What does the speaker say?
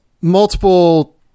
multiple